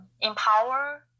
empower